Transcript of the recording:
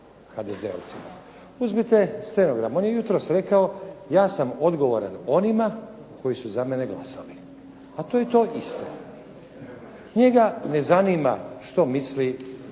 HDZ-ovcima. Uzmite stenogram. On je jutros rekao: “Ja sam odgovoran onima koji su za mene glasali“, a to je to isto. Njega ne zanima što misli